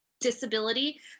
Disability